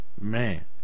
Man